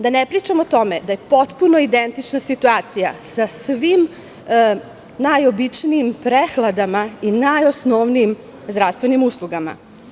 Da ne pričam o tome da je potpuno identična situacija sa svim najobičnijim prehladama i najosnovnijim zdravstvenim uslugama.